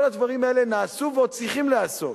כל הדברים האלה נעשו ועוד צריכים להיעשות.